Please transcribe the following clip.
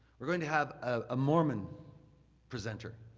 we're going to have a mormon presenter,